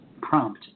prompt